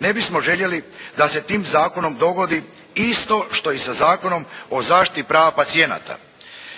ne bismo željeli da se tim Zakonom dogodi isto što i sa Zakonom o zaštiti prava pacijenata